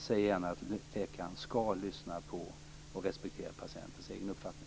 Säg gärna att läkaren skall lyssna på och respektera patientens egen uppfattning.